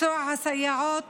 מקצוע הסייעות